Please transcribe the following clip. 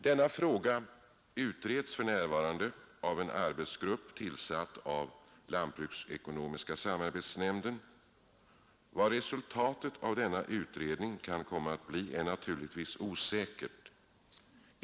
Denna fråga utredes för närvarande av en arbetsgrupp, tillsatt av lantbruksekonomiska samarbetsnämnden. Vad resultatet av denna utredning kan komma att bli är naturligtvis osäkert.